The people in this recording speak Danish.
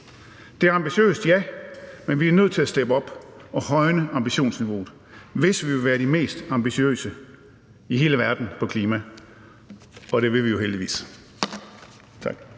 Det er ambitiøst, ja, men vi er nødt til at steppe op og højne ambitionsniveauet, hvis vi vil være de mest ambitiøse i hele verden på klima, og det vil vi jo heldigvis.